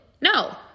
No